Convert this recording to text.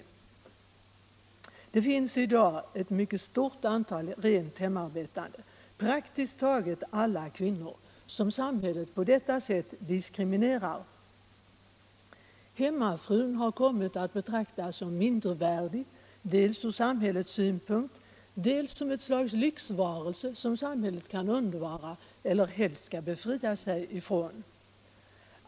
Och ändå finns det i dag ett mycket stort antal rent hemarbetande, praktiskt taget alla kvinnor, som samhället på detta sätt diskriminerar. Hemmafrun har kommit att betraktas dels som mindervärdig ur samhällets synpunkt, dels som ett slags lyxvarelse som samhället kan undvara eller rent av bör befria sig från.